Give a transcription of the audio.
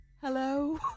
Hello